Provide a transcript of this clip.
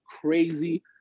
crazy